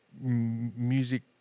music